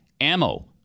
ammo